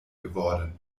geworden